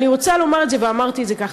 ואני רוצה לומר את זה, ואמרתי את זה גם